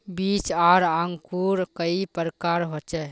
बीज आर अंकूर कई प्रकार होचे?